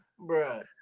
Bruh